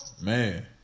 Man